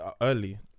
early